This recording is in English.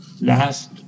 last